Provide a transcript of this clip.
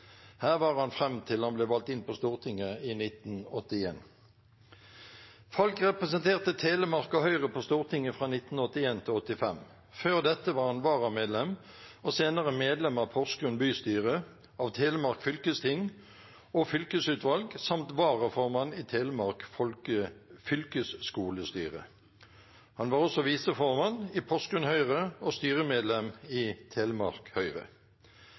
Her var han fram til han ble valgt inn på Stortinget i 1981. Falck representerte Telemark og Høyre på Stortinget fra 1981 til 1985. Før dette var han varamedlem og senere medlem av Porsgrunn bystyre, Telemark fylkesting og Telemark fylkesutvalg samt varaformann i Telemark fylkesskolestyre. Han var også